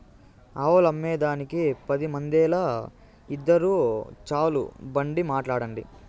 ఆవులమ్మేదానికి పది మందేల, ఇద్దురు చాలు బండి మాట్లాడండి